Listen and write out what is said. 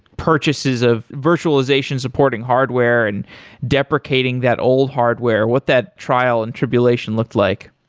purchases of virtualization supporting hardware and deprecating that old hardware, what that trial and tribulation looked like?